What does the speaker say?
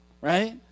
right